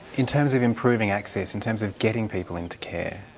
in terms of improving access, in terms of getting people into care,